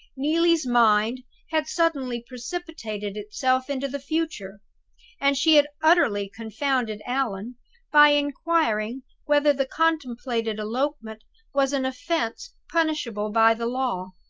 neelie's mind had suddenly precipitated itself into the future and she had utterly confounded allan by inquiring whether the contemplated elopement was an offense punishable by the law?